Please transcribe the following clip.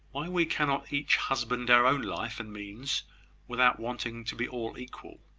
why we cannot each husband our own life and means without wanting to be all equal.